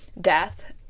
death